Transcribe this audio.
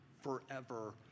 forever